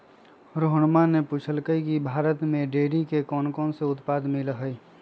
रोहणवा ने पूछल कई की भारत में डेयरी के कौनकौन से उत्पाद मिला हई?